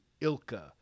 ilka